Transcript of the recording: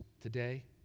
today